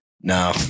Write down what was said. No